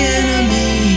enemy